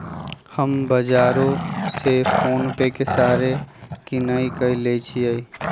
हम बजारो से फोनेपे के सहारे किनाई क लेईछियइ